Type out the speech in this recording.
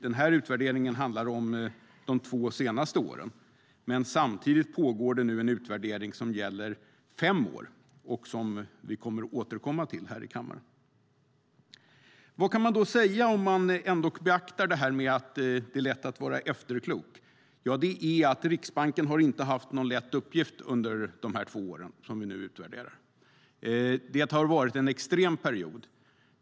Denna utvärdering handlar om de två senaste åren, men samtidigt pågår en utvärdering som gäller fem år och som vi kommer att återkomma till här i kammaren. Vad kan man då säga om man ändå beaktar att det är lätt att vara efterklok? Ja, det är att Riksbanken inte har haft någon lätt uppgift under de två år vi utvärderar. Det har varit en extrem period.